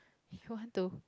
want to